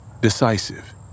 decisive